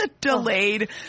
delayed